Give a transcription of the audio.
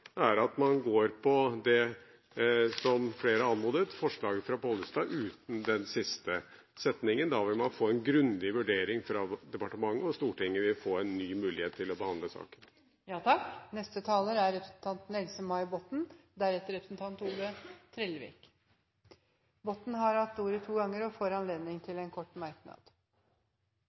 er at man går for det som flere har anmodet om, forslaget fra Geir Pollestad, uten den siste delen av setningen. Da vil man få en grundig vurdering fra departementets side, og Stortinget vil få en ny mulighet til å behandle saken. Representanten Else-May Botten har hatt ordet to ganger tidligere i debatten og får ordet til en kort merknad,